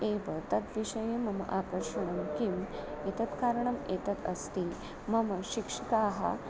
एव तद्विषये मम आकर्षणं किम् एतत् कारणम् एतत् अस्ति मम शिक्षिकाः